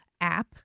app